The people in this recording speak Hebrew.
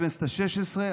בכנסת השש-עשרה,